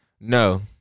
no